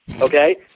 okay